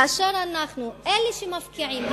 כאשר אנחנו אלה שמפקיעים,